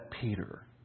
Peter